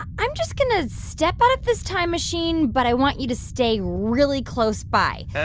i'm just going to step out of this time machine, but i want you to stay really close by. ok.